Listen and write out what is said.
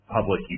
public